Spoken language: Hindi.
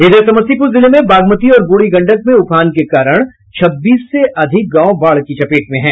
इधर समस्तीपुर जिले में बागमती और ब्रूढ़ी गंडक में उफान के कारण छब्बीस से अधिक गांव बाढ़ की चपेट में है